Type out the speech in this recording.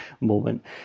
moment